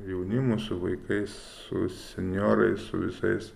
jaunimu su vaikais senjorai su visais